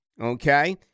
okay